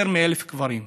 יותר מ-1,000 קברים.